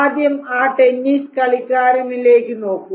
ആദ്യം ആ ടെന്നീസ് കളിക്കാരനിലേക്ക് നോക്കൂ